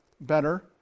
Better